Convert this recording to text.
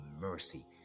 mercy